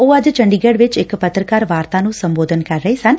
ਉਹ ਅੱਜ ਚੰਡੀਗੜ ਵਿੱਚ ਇੱਕ ਪੱਤਰਕਾਰ ਵਾਰਤਾ ਨੂੰ ਸੰਬੋਧਤ ਕਰ ਰਹੇ ਸਨ